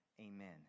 amen